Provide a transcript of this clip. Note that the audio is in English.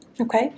Okay